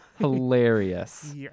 Hilarious